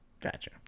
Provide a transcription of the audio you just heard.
Gotcha